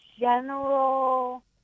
general